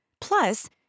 Plus